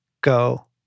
go